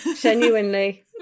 Genuinely